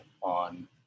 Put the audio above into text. on